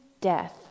death